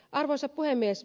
arvoisa puhemies